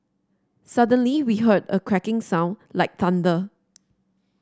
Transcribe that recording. suddenly we heard a cracking sound like thunder